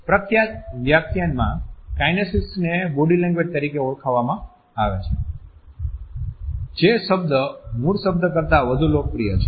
પ્રખ્યાત વ્યાખ્યાનમાં કાઈનેસીક્સને બોડી લેંગ્વેજ તરીકે ઓળખવામાં આવે છે જે શબ્દ મૂળ શબ્દ કરતાં વધુ લોકપ્રિય છે